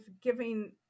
giving